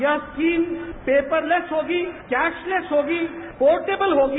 यह scheme paperless होगी cashless होगी पोर्टेबल होगी